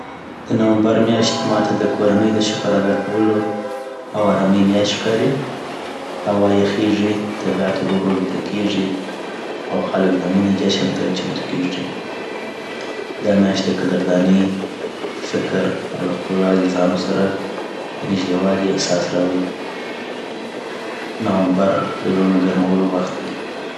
د نومبرمیاشت ماته د کورنۍ د شکر اداکولو او ارامۍ میاشت ښکاري هوا یخېږي، طبیعت ورو ورو بیده کېږي او خلک د مننې جشن ته چمتو کېږي دا میاشت د قدردانۍ، فکر او له خپلو عزیزانو سره د نږدې والي احساس راولي .نومبر د زړونو ګرمولو وخت دی